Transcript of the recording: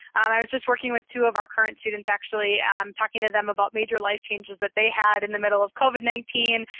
i was just working with two of our current students, actually. i'm talking to them about major life changes that they had in the middle of covid nineteen.